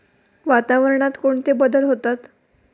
वातावरणात कोणते बदल होतात?